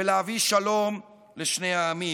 ולהביא שלום לשני העמים.